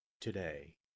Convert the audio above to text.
today